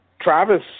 Travis